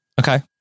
Okay